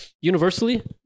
universally